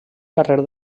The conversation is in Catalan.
carrer